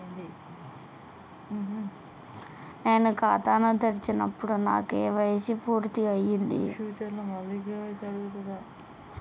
నేను ఖాతాను తెరిచినప్పుడు నా కే.వై.సీ పూర్తి అయ్యింది ఫ్యూచర్ లో మళ్ళీ కే.వై.సీ అడుగుతదా?